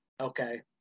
Okay